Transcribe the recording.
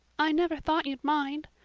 i never thought you'd mind.